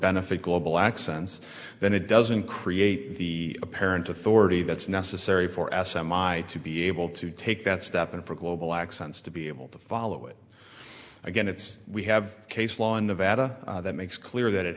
benefit global accents then it doesn't create the apparent authority that's necessary for s m i to be able to take that step and for global accents to be able to follow it again it's we have case law in nevada that makes clear that it